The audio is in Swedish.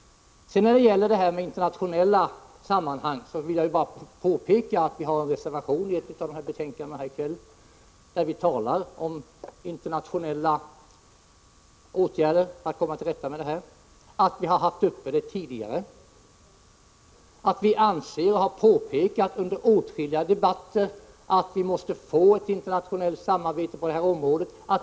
Beträffande internationella engagemang vill jag bara påpeka att vi har en reservation i ett av de aktuella betänkandena, där vi talar om internationella åtgärder för att komma till rätta med problemen. Det har vi haft uppe tidigare. Vi anser, och det har vi påpekat under åtskilliga debatter, att vi måste få ett internationellt samarbete på detta område.